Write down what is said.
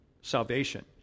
salvation